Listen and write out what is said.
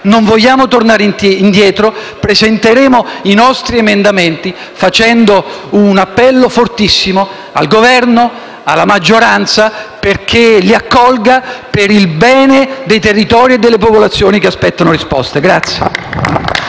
Non vogliamo tornare indietro, presenteremo i nostri emendamenti facendo un appello fortissimo al Governo e alla maggioranza perché li accolgano per il bene dei territori e delle popolazioni che attendono risposte.